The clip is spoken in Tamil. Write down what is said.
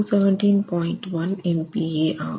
1 MPa ஆகும்